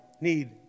need